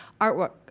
artwork